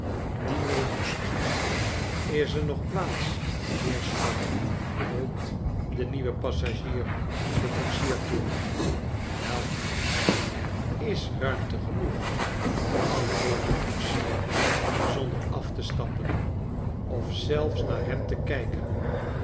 die mee moest is er nog plaats heerschap roept de nieuwe passagier den koetsier toe wel er is ruimte genoeg antwoordt de koetsier zonder af te stappen of zelfs naar hem te kijken